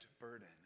burden